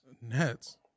Nets